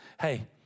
Hey